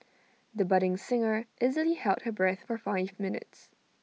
the budding singer easily held her breath for five minutes